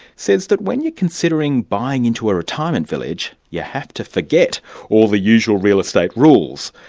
says that when you're considering buying into a retirement village, you have to forget all the usual real estate rules.